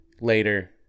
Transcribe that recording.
Later